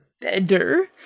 Better